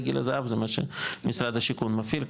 גיל הזהב זה מה שמשרד השיכון מפעיל,